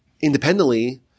independently